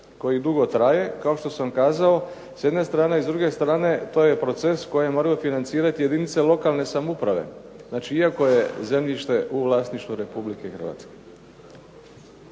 koji dugo traje, kao što sam kazao s jedne strane, s druge strane to je proces koje moraju financirati jedinice lokalne samouprave. Znači iako je zemljište u vlasništvu Republike Hrvatske.